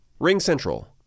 RingCentral